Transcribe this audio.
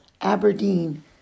Aberdeen